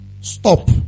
Stop